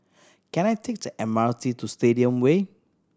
can I take the M R T to Stadium Way